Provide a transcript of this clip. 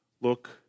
look